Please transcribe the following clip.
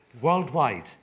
worldwide